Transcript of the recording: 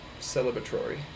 celebratory